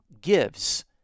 gives